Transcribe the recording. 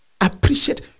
Appreciate